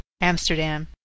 Amsterdam